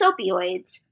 opioids